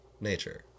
nature